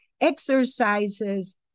exercises